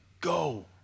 go